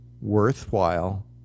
worthwhile